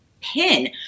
pin